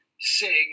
sing